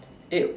eh